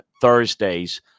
Thursdays